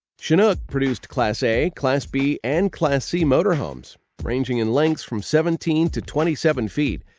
chinook produced class a, class b, and class c motorhomes ranging in lengths from seventeen to twenty seven feet,